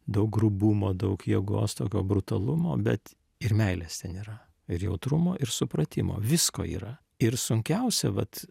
daug grubumo daug jėgos tokio brutalumo bet ir meilės ten yra ir jautrumo ir supratimo visko yra ir sunkiausia vat